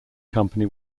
company